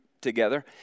together